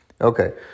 Okay